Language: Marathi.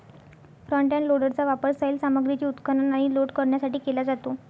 फ्रंट एंड लोडरचा वापर सैल सामग्रीचे उत्खनन आणि लोड करण्यासाठी केला जातो